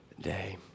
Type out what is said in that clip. day